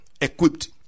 equipped